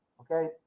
Okay